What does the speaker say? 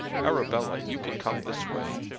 arabella, you can come this way.